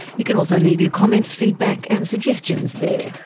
you can also leave your comments, feedback and suggestions there.